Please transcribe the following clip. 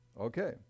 Okay